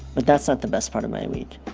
but that's not the best part of my week.